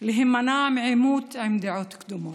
להימנע מעימות עם דעות קדומות.